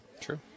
True